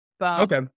okay